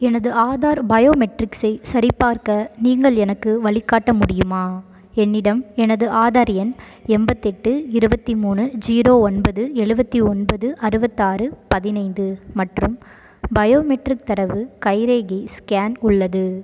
எனது ஆதார் பயோமெட்ரிக்ஸை சரிபார்க்க நீங்கள் எனக்கு வழிகாட்ட முடியுமா என்னிடம் எனது ஆதார் எண் எண்பத்தெட்டு இருபத்தி மூணு ஜீரோ ஒன்பது எழுபத்தி ஒன்பது அறுபத்தாறு பதினைந்து மற்றும் பயோமெட்ரிக் தரவு கைரேகை ஸ்கேன் உள்ளது